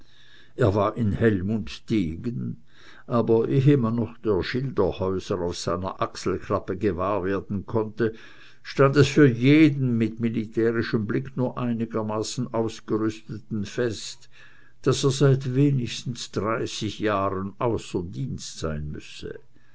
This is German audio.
er war in helm und degen aber ehe man noch der schilderhäuser auf seiner achselklappe gewahr werden konnte stand es für jeden mit militärischem blick nur einigermaßen ausgerüsteten fest daß er seit wenigstens dreißig jahren außer dienst sein müsse